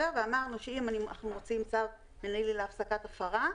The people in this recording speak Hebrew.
אמרנו שאם אנחנו מוציאים צו מינהלי להפסקת הפרה,